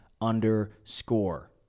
underscore